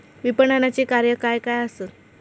विपणनाची कार्या काय काय आसत?